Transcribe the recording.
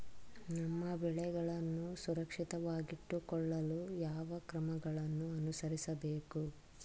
ನಮ್ಮ ಬೆಳೆಗಳನ್ನು ಸುರಕ್ಷಿತವಾಗಿಟ್ಟು ಕೊಳ್ಳಲು ಯಾವ ಕ್ರಮಗಳನ್ನು ಅನುಸರಿಸಬೇಕು?